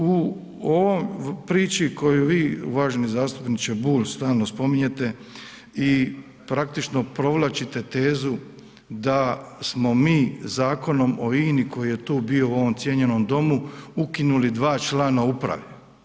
U ovoj priči koju vi uvaženi zastupniče Bulj stvarno spominjete i praktično provlačite tezu da smo mi Zakonom o INA-i koji je tu bio u ovom cijenjenom domu, ukinuli 2 člana uprave.